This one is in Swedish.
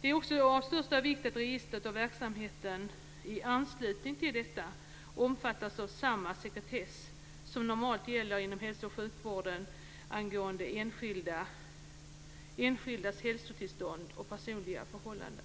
Det är också av största vikt att registret och verksamheten i anslutning till detta omfattas av samma sekretess som normalt gäller inom hälso och sjukvården angående enskildas hälsotillstånd och personliga förhållanden.